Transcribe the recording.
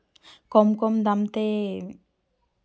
ᱠᱚᱢ ᱠᱚᱢ ᱫᱟᱢ ᱛᱮ